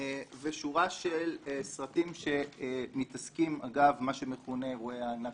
ושורה של סרטים שמתעסקים אגב מה שמכונה אירועי הנכבה.